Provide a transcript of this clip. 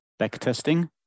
backtesting